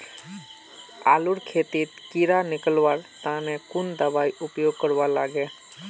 आलूर खेतीत कीड़ा निकलवार तने कुन दबाई उपयोग करवा लगे?